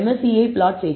யை பிளாட் செய்கிறோம்